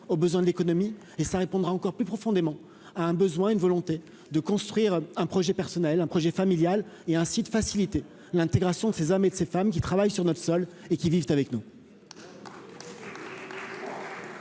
aux besoins de l'économie et ça répondra encore plus profondément à un besoin et une volonté de construire un projet personnel un projet familial et ainsi de faciliter l'intégration de ces hommes et de ces femmes qui travaillent sur notre sol, et qui vivent avec nous.